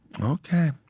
Okay